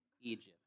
Egypt